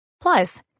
Plus